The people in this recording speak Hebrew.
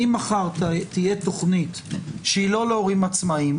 אם מחר תהיה תוכנית שהיא לא להורים עצמאיים,